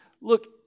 Look